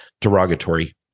derogatory